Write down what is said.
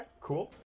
cool